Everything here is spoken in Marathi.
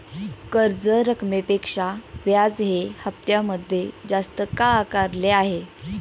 कर्ज रकमेपेक्षा व्याज हे हप्त्यामध्ये जास्त का आकारले आहे?